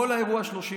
כל האירוע 30 שניות,